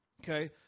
okay